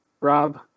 Rob